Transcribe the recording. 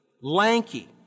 lanky